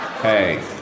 hey